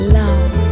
love